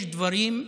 יש דברים,